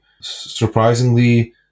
Surprisingly